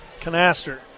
canaster